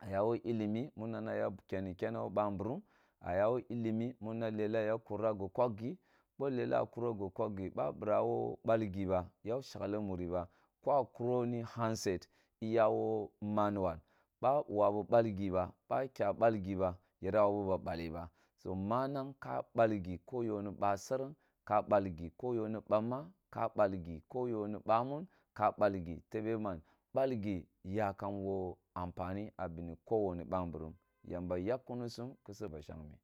ah ya woh ilimi mu nana keni keneh woh babirim, ah ya woh ilimi munana lelah ya kuro go kok gi, boh lelah ah kuro go kothgi, ba bira woh balgiba ya shelli muri ba boh ah kuroh handset, iya woh man uwal, ba wawu balgiba, ba kya balgiba, yira wawu ba balleh ba, so manang ka balgi ko yoni basereng ka balgi ko yoni bammah ka balgi, ko yoni bamun ka balgi tebe man, balgi yakam yo amfaní ah bene ko woni babirim yamba yakkunisum ku su kusu dob ba’ shengmeh.